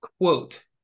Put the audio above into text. quote